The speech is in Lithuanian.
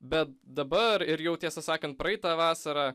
bet dabar ir jau tiesą sakant praeitą vasarą